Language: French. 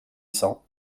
cents